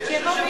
עומד, זו דעתי.